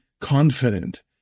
confident